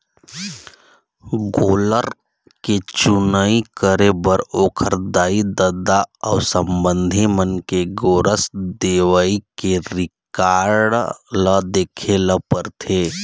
गोल्लर के चुनई करे बर ओखर दाई, ददा अउ संबंधी मन के गोरस देवई के रिकार्ड ल देखे ल परथे